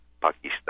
Pakistan